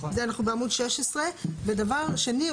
אנחנו בעמוד 16. ודבר שני,